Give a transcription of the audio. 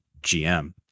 GM